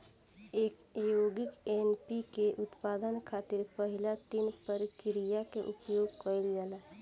यौगिक एन.पी.के के उत्पादन खातिर पहिलका तीन प्रक्रिया के उपयोग कईल जाला